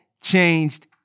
changed